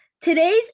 Today's